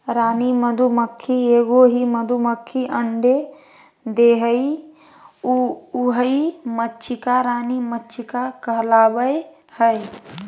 रानी मधुमक्खी एगो ही मधुमक्खी अंडे देहइ उहइ मक्षिका रानी मक्षिका कहलाबैय हइ